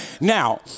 Now